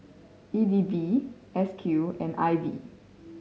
E D B S Q and I B